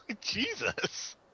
Jesus